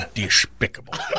despicable